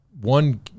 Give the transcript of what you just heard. one